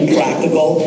practical